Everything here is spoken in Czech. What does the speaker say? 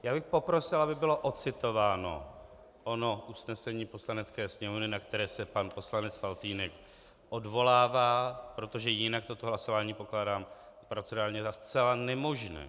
Já bych poprosil, aby bylo odcitováno ono usnesení Poslanecké sněmovny, na které se pan poslanec Faltýnek odvolává, protože jinak toto hlasování pokládám procedurálně za zcela nemožné.